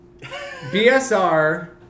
BSR